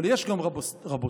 אבל יש גם, רבותיי,